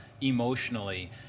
emotionally